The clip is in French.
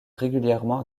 régulièrement